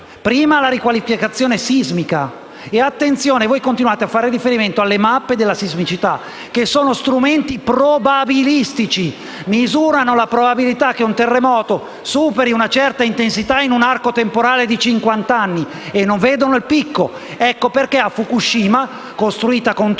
Prima la riqualificazione sismica. Attenzione: voi continuate a fare riferimento alle mappe della sismicità che sono strumenti probabilistici, misurano la probabilità che un terremoto superi una certa intensità in un arco temporale di cinquanta anni e non vedono il picco. Per questo a Fukushima, costruita con tutti